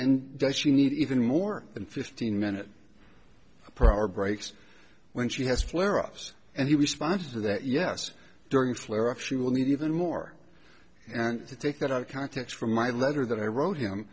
and does she need even more than fifteen minutes per hour breaks when she has flare ups and he responds to that yes during flare ups she will need even more and to take that out of context from my letter that i wrote him